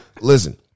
Listen